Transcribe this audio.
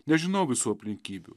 nežinau visų aplinkybių